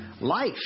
life